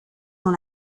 dans